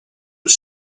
was